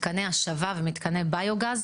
מתקני השבה ומתקני ביו-גז,